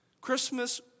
Christmas